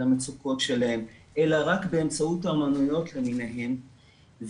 המצוקות שלהם אלא רק באמצעות האומנויות למיניהן.